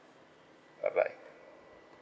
bye bye